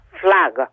flag